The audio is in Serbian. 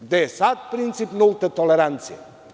Gde je sad princip nulte tolerancije?